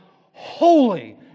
holy